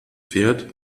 fährt